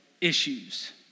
issues